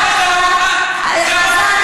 חזן,